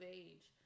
age